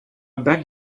beg